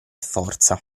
forza